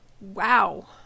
Wow